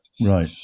right